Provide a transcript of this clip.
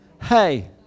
hey